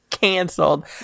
Canceled